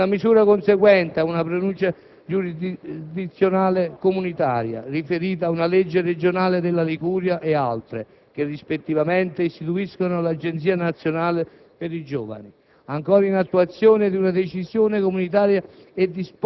intermediazione finanziaria. Vi sono, inoltre, una misura conseguente a una pronuncia giurisdizionale comunitaria riferita a una legge regionale della Liguria e altre che, rispettivamente, istituiscono, ancora in attuazione di una